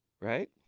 Right